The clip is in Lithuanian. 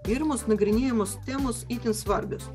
irmos nagrinėjamos temos itin svarbios